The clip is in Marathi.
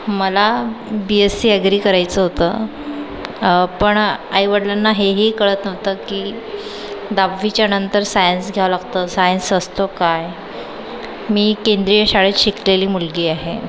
मला बी एस सी ॲग्री करायचं होतं पण आई वडिलांना हेही कळत नव्हतं की दहावीच्यानंतर सायन्स घ्यावं लागतं सायन्स असतं काय मी केंद्रीय शाळेत शिकलेली मुलगी आहे